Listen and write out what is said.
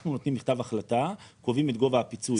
אנחנו נותנים מכתב החלטה, קובעים את גובה הפיצוי.